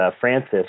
Francis